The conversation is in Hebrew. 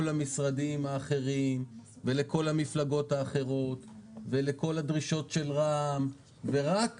המשרדים האחרים ולכל המפלגות האחרות ולכל הדרישות של רע"מ ורק